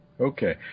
okay